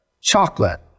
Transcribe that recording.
Chocolate